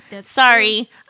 sorry